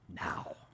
now